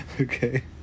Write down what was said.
Okay